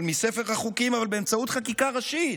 אבל באמצעות חקיקה ראשית,